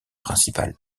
principal